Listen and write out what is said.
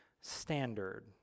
standard